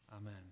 Amen